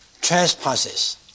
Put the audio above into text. trespasses